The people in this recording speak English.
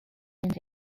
into